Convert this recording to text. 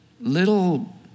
little